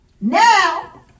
Now